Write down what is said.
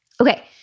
Okay